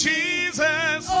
Jesus